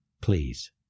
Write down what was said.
please